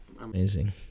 Amazing